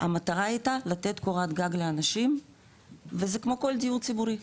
המטרה הייתה לתת קורת גג לאנשים וזה כמו כל דיור ציבורי,